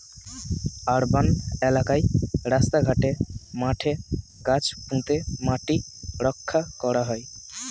urban এলাকায় রাস্তা ঘাটে, মাঠে গাছ পুঁতে মাটি রক্ষা করা হয়